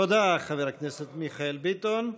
תודה, חבר הכנסת מיכאל ביטון.